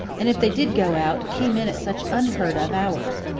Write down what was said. and if they did go out, came in at such unheard of hours.